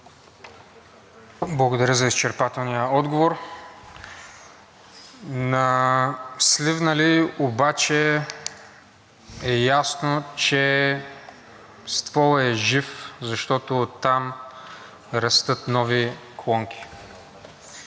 Благодаря за изчерпателния отговор. На сливналии обаче е ясно, че стволът е жив, защото оттам растат нови клонки.